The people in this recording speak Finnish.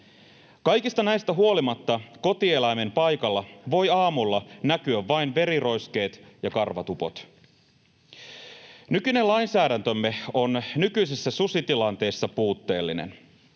Kaikista näistä huolimatta kotieläimen paikalla voi aamulla näkyä vain veriroiskeet ja karvatupot. Nykyinen lainsäädäntömme on nykyisessä susitilanteessa puutteellinen.